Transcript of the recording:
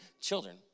children